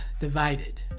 divided